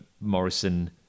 Morrison